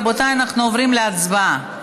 רבותיי, אנחנו עוברים להצבעה.